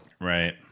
Right